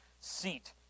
seat